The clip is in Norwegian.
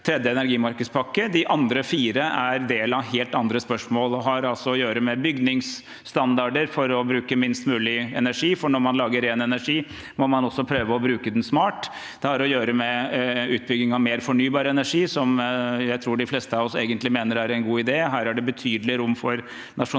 med tredje energimarkedspakke. De andre fire er en del av helt andre spørsmål. Det har å gjøre med bygningsstandarder for å bruke minst mulig energi – for når man lager ren energi, må man også prøve å bruke den smart. Det har å gjøre med utbygging av mer fornybar energi, som jeg tror de fleste av oss egentlig mener er en god idé, og her er det betydelig rom for nasjonal